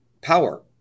power